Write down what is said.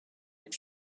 and